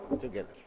together